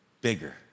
Bigger